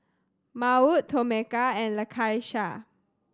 Maud Tomeka and Lakeisha